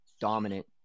dominant